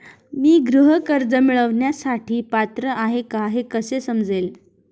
मी गृह कर्ज मिळवण्यासाठी पात्र आहे का हे कसे समजेल?